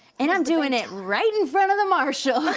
and i'm doin' it right in front of the marshal.